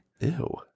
Ew